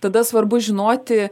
tada svarbu žinoti